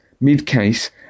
mid-case